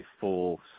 full